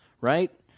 right